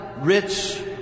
rich